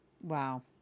Wow